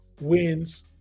wins